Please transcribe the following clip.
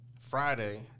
friday